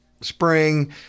spring